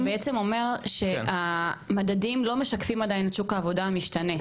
אתה בעצם אומר שהמדדים לא משקפים עדיין את שוק העבודה המשתנה,